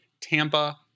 Tampa